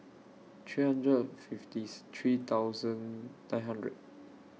three hundred fiftieth three thousand nine hundred